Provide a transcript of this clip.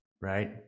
Right